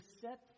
set